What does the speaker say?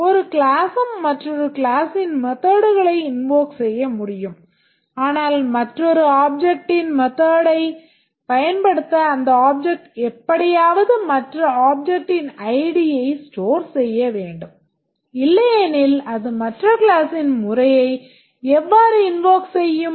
ஒரு கிளாஸ்ம் மற்றொரு கிளாஸ்ஸின் methodகளை invoke செய்ய முடியும் ஆனால் மற்றொரு ஆப்ஜெக்ட்டின் method ஐப் பயன்படுத்த அந்த ஆப்ஜெக்ட் எப்படியாவது மற்ற ஆப்ஜெக்ட்டின் ஐடியை ஸ்டோர் செய்ய வேண்டும் இல்லையெனில் அது மற்ற கிளாஸ்ஸின் முறையை எவ்வாறு invoke செய்யும்